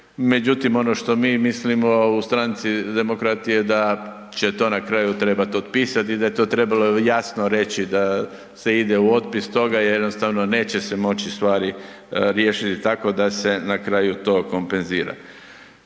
Međutim, ono što mi mislimo u stranci Demokrati je da će to na kraju trebat otpisat i da je to trebalo jasno reći da se ide u otpis toga i jednostavno neće se moći stvari riješiti tako da se na kraju to kompenzira.